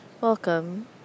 Welcome